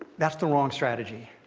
that's the wrong strategy.